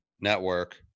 network